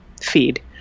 feed